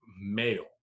male